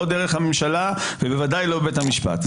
לא דרך הממשלה ובוודאי לא דרך בית המשפט.